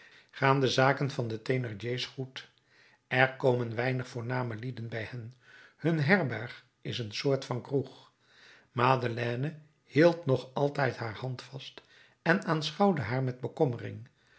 gaan de zaken van thénardier goed er komen weinig voorname lieden bij hen hun herberg is een soort van kroeg madeleine hield nog altijd haar hand vast en aanschouwde haar met bekommering